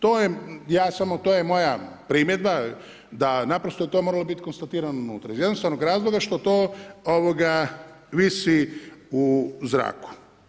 To je, ja samo, to je moja primjedba, da naprosto to bi moralo biti konstatirano unutra, iz jednostavnog razloga što to visi u zraku.